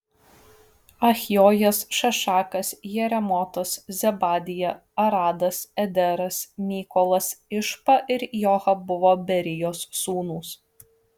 achjojas šašakas jeremotas zebadija aradas ederas mykolas išpa ir joha buvo berijos sūnūs